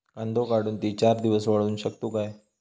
कांदो काढुन ती चार दिवस वाळऊ शकतव काय?